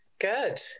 Good